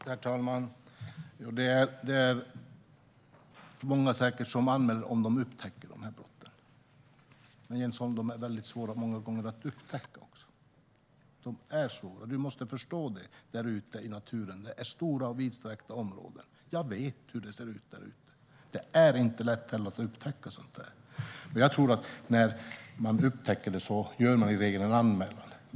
Herr talman! Det är säkert många som anmäler dessa brott om de upptäcker dem. Men, Jens Holm, många gånger är de väldigt svåra att upptäcka. Så är det ute i naturen, och du måste förstå det. Det handlar om stora, vidsträckta områden. Jag vet hur det ser ut där ute. Det är inte lätt att upptäcka sådant. Men jag tror att om man upptäcker något gör man i regel en anmälan.